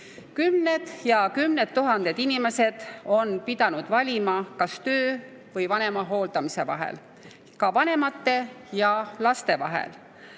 Kümned ja kümned tuhanded inimesed on pidanud valima töö või vanema hooldamise vahel. Ka vanemate ja laste vahel.